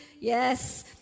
Yes